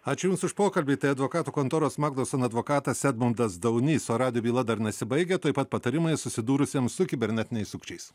ačiū jums už pokalbį tai advokatų kontoros magnuson advokatas edmundas daunys o radijo byla dar nesibaigia tuoj pat patarimai susidūrusiems su kibernetiniais sukčiais